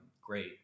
great